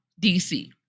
DC